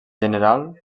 general